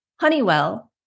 Honeywell